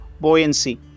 buoyancy